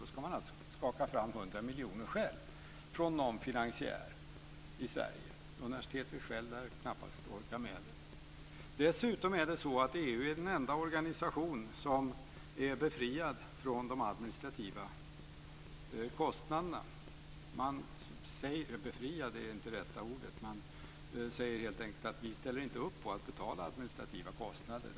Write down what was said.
Då ska man alltså själv skaka fram 100 miljoner från någon finansiär i Sverige. Universitetet självt lär knappast orka med det. Dessutom är EU den enda organisation som är befriad från de administrativa kostnaderna. "Befriad" är inte rätta ordet, för de säger helt enkelt att de inte ställer upp på att betala administrativa kostnader.